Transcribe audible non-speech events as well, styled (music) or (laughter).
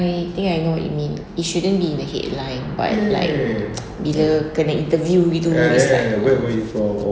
I think I know what you mean it shouldn't be in the headline but like (noise) bila kena interview gitu it's like mm